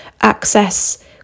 access